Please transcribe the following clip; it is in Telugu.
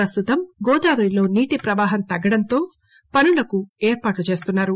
ప్రస్తుతం గోదావరిలో నీటి ప్రవాహం తగ్గటంతో పనులకు ఏర్పాట్లు చేస్తున్నారు